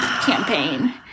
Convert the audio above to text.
campaign